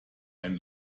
ein